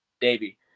Davey